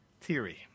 theory